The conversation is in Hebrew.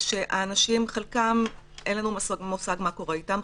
חלק מהאנשים אין לנו מושג מה קורה איתם,